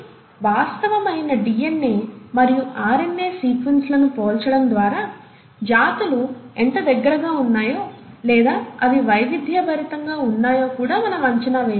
కాబట్టి వాస్తవమైన డిఎన్ఏ మరియు ఆర్ఎన్ఏ సీక్వెన్స్లను పోల్చడం ద్వారా జాతులు ఎంత దగ్గరగా ఉన్నాయో లేదా అవి వైవిధ్యభరితంగా ఉన్నాయో కూడా మనం అంచనా వేయవచ్చు